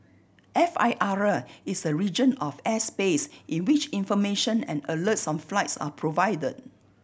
F I R is a region of airspace in which information and alerts on flights are provided